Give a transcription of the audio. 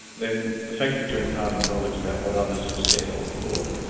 then the fact that you're imparting knowledge about what others have said or thought,